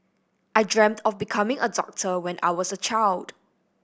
I dreamt of becoming a doctor when I was a child